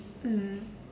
mm